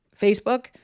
Facebook